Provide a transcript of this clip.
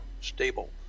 stable